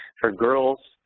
for girls,